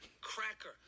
cracker